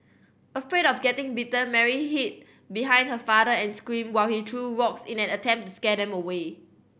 afraid of getting bitten Mary hid behind her father and screamed while he threw rocks in an attempt to scare them away